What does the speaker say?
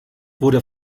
wurde